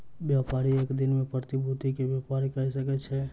व्यापारी एक दिन में प्रतिभूति के व्यापार कय सकै छै